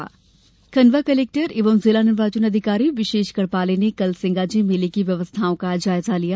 व्यवस्था जायजा खण्डवा कलेक्टर एवं जिला निर्वाचन अधिकारी विशेष गढ़पाले ने कल सिंगाजी मेले की व्यवस्थाओं का जायजा लिया